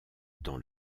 dans